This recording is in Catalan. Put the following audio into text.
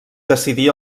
decidí